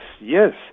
yes